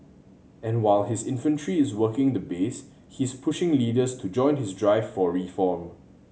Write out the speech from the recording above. and while his infantry is working the base he's pushing leaders to join his drive for reform